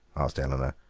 asked eleanor.